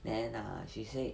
then err she said